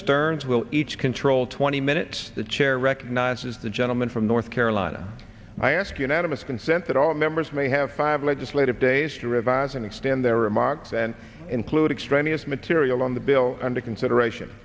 stearns will each control twenty minutes the chair recognizes the gentleman from north carolina i ask unanimous consent that all members may have five legislative days to revise and extend their remarks and include extraneous material on the bill under consideration